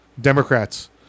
Democrats